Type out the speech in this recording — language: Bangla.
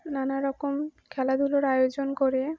নানারকম খেলাধুলোর আয়োজন করে